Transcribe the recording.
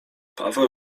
paweł